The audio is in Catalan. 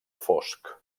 fosc